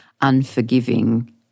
unforgiving